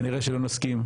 כנראה שלא נסכים,